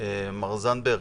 מר זנדברג,